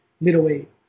middleweight